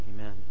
Amen